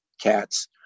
cats